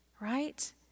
right